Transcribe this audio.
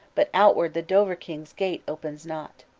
but outward the dovre-king's gate opens not.